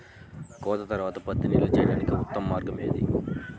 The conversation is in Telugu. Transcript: కోత తర్వాత పత్తిని నిల్వ చేయడానికి ఉత్తమ మార్గం ఏది?